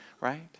right